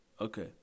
Okay